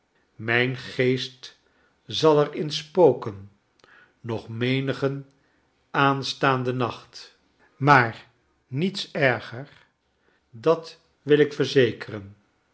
mijn geest zal er in spoken nog menigen aanstaanden nacht maar niets erger dat wil ik verzekeren